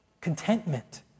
Contentment